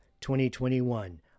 2021